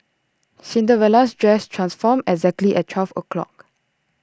Cinderella's dress transformed exactly at twelve O clock